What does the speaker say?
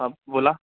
हं बोला